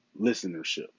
listenership